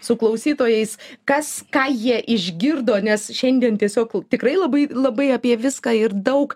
su klausytojais kas ką jie išgirdo nes šiandien tiesiog tikrai labai labai apie viską ir daug